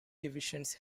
divisions